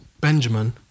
Benjamin